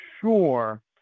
sure